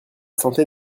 santé